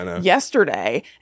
yesterday